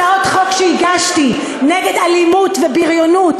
הצעות חוק שהגשתי נגד אלימות ובריונות